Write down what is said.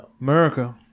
America